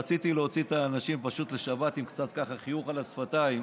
רציתי להוציא את האנשים לשבת עם קצת ככה חיוך על השפתיים.